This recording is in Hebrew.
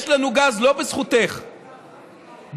יש לנו גז לא בזכותך, בזכותי,